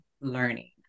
learning